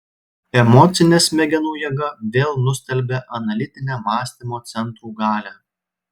emocinė smegenų jėga vėl nustelbia analitinę mąstymo centrų galią